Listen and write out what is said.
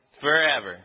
forever